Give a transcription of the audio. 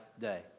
day